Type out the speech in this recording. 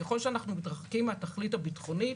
ככל שאנחנו מתרחקים מהתכלית הביטחונית,